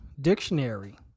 Dictionary